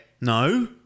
No